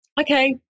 okay